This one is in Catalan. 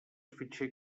fitxer